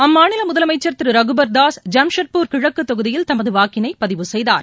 அம்மாநிலமுதலமைச்சர் திருரகுபர்தாஸ் ஜாம்ஜெட்பூர் கிழக்குதொகுதியில் தமதுவாக்கினைபதிவு செய்தார்